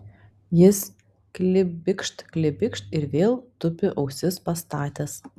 jis klibikšt klibikšt ir vėl tupi ausis pastatęs